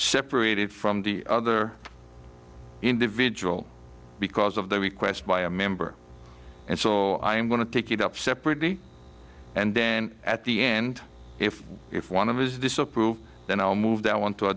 separated from the other individual because of the request by a member and so i am going to take it up separately and then at the end if if one of his disapprove then i'll move that one to a